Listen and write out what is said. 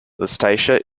lusatia